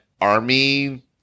army